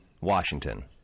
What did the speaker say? Washington